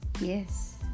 Yes